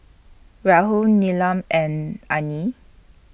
Rahul Neelam and Anil